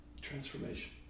transformation